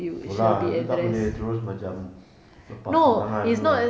no lah dia tak boleh terus macam lepaskan tangan no